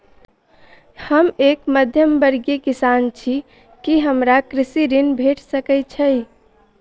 हम एक मध्यमवर्गीय किसान छी, की हमरा कृषि ऋण भेट सकय छई?